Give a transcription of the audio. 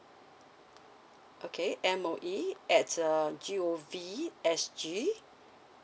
okay M_O_E at uh G_O_V S_G